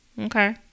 Okay